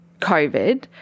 COVID